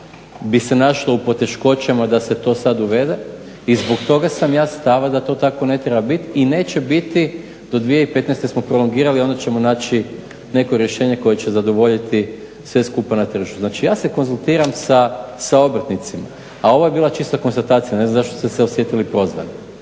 bi se našlo u poteškoćama da se to sad uvede i zbog toga sam ja stava da to tako ne treba biti i neće biti do 2015. smo prolongirali, a onda ćemo naći neko rješenje koje će zadovoljiti sve skupa na tržištu. Znači, ja se konzultiram sa obrtnicima, a ovo je bila čista konstatacija. Ne znam zašto ste se osjetili prozvanim.